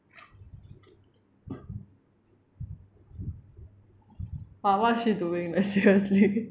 !wah! what's she doing man seriously